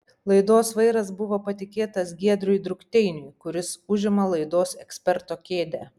laidos vairas buvo patikėtas giedriui drukteiniui kuris užima laidos eksperto kėdę